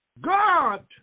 God